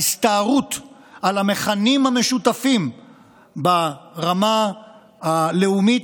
ההסתערות על המכנים המשותפים ברמה הלאומית,